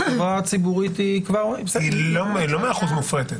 חברה ציבורית היא כבר --- היא לא 100% מופרטת.